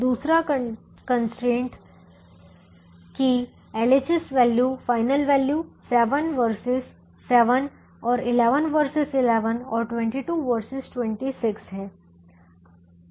दूसरा कंस्ट्रेंट की LHS value final value 7 vs बनाम 7 और 11 vs 11 और 22 vs 26 है